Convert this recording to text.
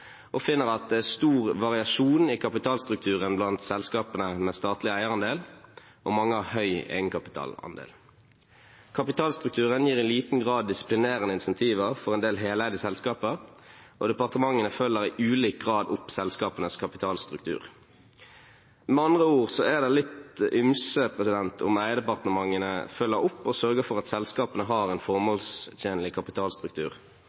og finner at det er stor variasjon i kapitalstrukturen blant selskapene med statlig eierandel, og mange har en høy egenkapitalandel. Kapitalstrukturen gir i liten grad disiplinerende incentiver for en del heleide selskaper, og departementene følger i ulik grad opp selskapenes kapitalstruktur. Med andre ord er det litt ymse om eierdepartementene følger opp og sørger for at selskapene har en formålstjenlig kapitalstruktur.